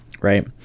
right